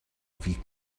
avis